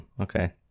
okay